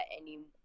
anymore